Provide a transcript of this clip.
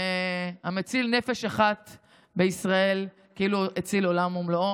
והמציל נפש אחת מישראל כאילו הציל עולם ומלואו.